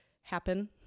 happen